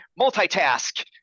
multitask